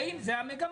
האם זאת המגמה?